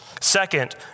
Second